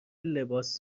لباس